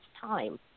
time